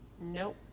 Nope